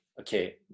Okay